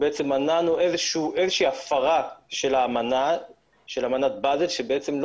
מנענו איזושהי הפרה של אמנת באזל ולא